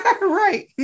Right